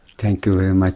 thank you very and like